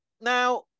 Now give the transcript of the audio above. Now